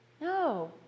No